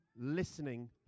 listening